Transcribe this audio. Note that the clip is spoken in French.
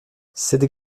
cette